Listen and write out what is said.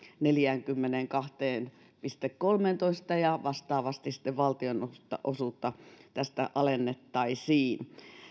neljäänkymmeneenkahteen pilkku kolmeentoista ja vastaavasti sitten valtion osuutta tästä alennettaisiin